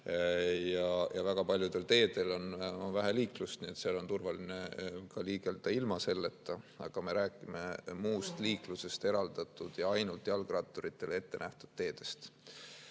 ja väga paljudel teedel on vähe liiklust, nii et seal on turvaline liigelda ka ilma selleta, aga me räägime muust liiklusest eraldatud ja ainult jalgratturitele ettenähtud teedest.